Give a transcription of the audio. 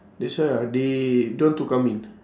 that's why ah they don't want to come in